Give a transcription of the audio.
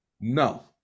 No